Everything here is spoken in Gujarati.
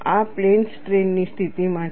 આ પ્લેન સ્ટ્રેઇન ની સ્થિતિમાં છે